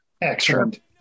Excellent